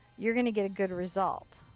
you're going to get a good result.